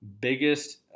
biggest